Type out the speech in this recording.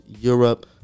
Europe